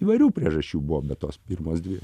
įvairių priežasčių buvo bet tos pirmos dvi